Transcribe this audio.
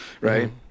right